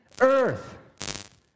earth